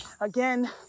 Again